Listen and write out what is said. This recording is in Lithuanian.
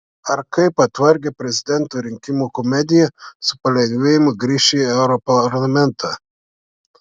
ar kaip atvargę prezidentų rinkimų komediją su palengvėjimu grįš į europarlamentą